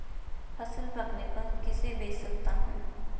फसल पकने पर किसे बेच सकता हूँ?